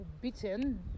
beaten